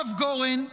הרב גורן,